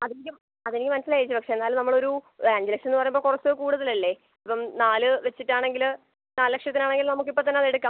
അതിൻ്റെ അതെനിക്ക് മനസ്സിലായി ചേച്ചി പക്ഷേ എന്നാലും നമ്മളൊരു അഞ്ച് ലക്ഷം എന്ന് പറയുമ്പോൾ കുറച്ച് കൂടുതലല്ലേ ഇപ്പം നാല് വെച്ചിട്ടാണെങ്കില് നാല് ലക്ഷത്തിനാണെങ്കില് നമുക്ക് ഇപ്പം തന്നെ അതെടുക്കാം